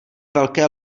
velké